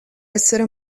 essere